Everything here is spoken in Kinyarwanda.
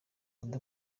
oda